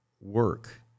work